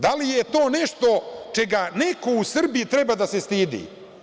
Da li je to nešto čega neko u Srbiji treba da se stidi?